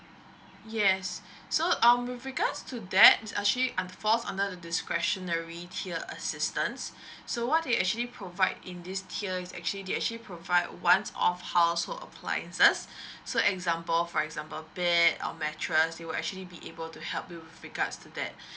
yes so um with regards to that it's actually under~ fall under the discretionary tier assistance so what they actually provide in this tier is actually they actually provide once off household appliances so example for example bed or mattress you will actually be able to help you with regards to that